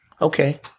Okay